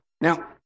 Now